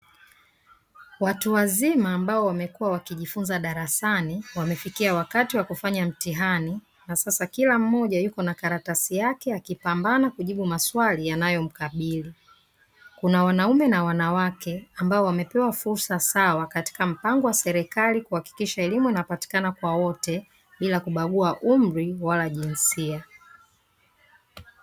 Watu wazima ambao wamekuwa wakijifunza darasani wamefikia wakati wa kufanya mtihani. Na sasa kila mmoja yuko na karatasi yake akipambana kujibu maswali yanayomkabili. Kuna wanaume na wanawake ambao wamepewa fursa sawa katika mpango wa serikali wa kuhakikisha elimu inapatikana kwa wote bila kubagua umri wala jinsia.